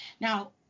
Now